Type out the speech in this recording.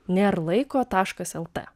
nėr laiko taškas lt